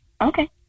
Okay